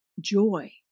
Joy